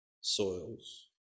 soils